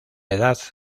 edad